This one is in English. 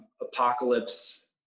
Apocalypse